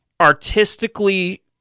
artistically